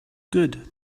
good